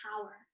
power